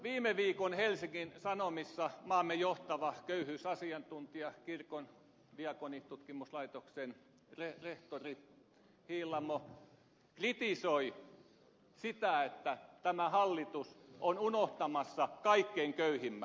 viime viikon helsingin sanomissa maamme johtava köyhyysasiantuntija kirkon diakoniatutkimuslaitoksen rehtori hiilamo kritisoi sitä että tämä hallitus on unohtamassa kaikkein köyhimmät